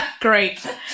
Great